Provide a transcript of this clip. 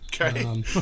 okay